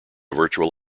virtual